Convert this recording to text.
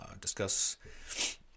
discuss